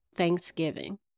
thanksgiving